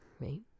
right